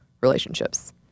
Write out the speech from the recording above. relationships